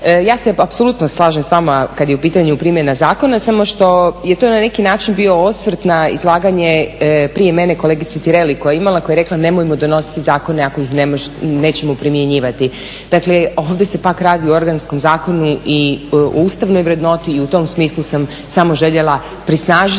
ja se apsolutno slažem s vama kada je u pitanju primjena zakona, samo što je to na neki način bio osvrt na izlaganje prije mene kolegice Tireli koja je imala koja je rekla nemojmo donositi zakone ako ih nećemo primjenjivati. Dakle ovdje se pak radi o organskom zakonu i ustavnoj vrednoti i u tom smislu sam samo željela prisnažiti